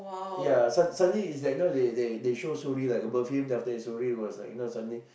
ya sud~ suddenly it's like you know they they they show Suri like above him then after that Suri was like you know suddenly